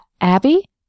Abby